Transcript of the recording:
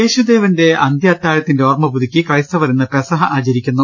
യേശുദേവന്റെ അന്ത്യഅത്താഴത്തിന്റെ ഓർമപുതുക്കി ക്രൈസ്തവർ ഇന്ന് പെസഹ ആചരിക്കുന്നു